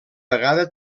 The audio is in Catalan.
vegada